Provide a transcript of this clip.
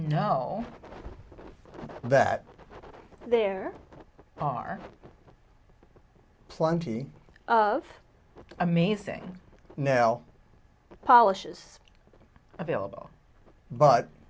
know that there are plenty of amazing now polish is available but